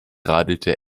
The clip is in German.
radelte